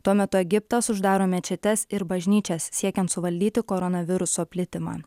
tuo metu egiptas uždaro mečetes ir bažnyčias siekiant suvaldyti koronaviruso plitimą